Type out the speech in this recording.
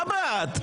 מה בעד?